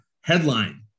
Headline